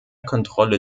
kontrolle